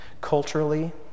Culturally